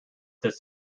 this